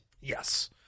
Yes